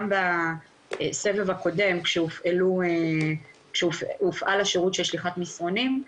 גם בסבב הקודם כשהופעל השירות של שליחת מסרונים,